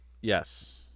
Yes